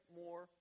more